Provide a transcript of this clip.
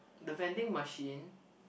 the vending machine